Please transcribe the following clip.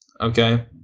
okay